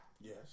Yes